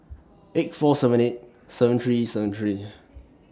eight four seven eight seven three seven three